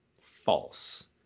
false